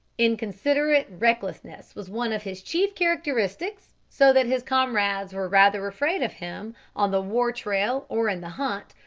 inconsiderate recklessness was one of his chief characteristics, so that his comrades were rather afraid of him on the war-trail or in the hunt,